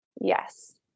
Yes